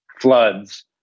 floods